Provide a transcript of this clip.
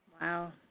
Wow